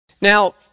Now